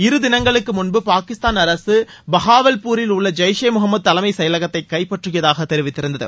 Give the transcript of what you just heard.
இரு திணங்களுக்கு முன்பு பாகிஸ்தான் அரசு பஹாவஸ்பூரில் உள்ள ஜெய்ஷ் ஏ முகமது தலைமைச் செயலகத்தை கைப்பற்றியதாக தெரிவித்திருந்தது